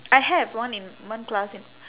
I have one in one class in